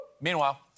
Meanwhile